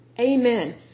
Amen